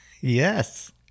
Yes